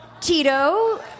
Tito